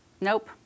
Nope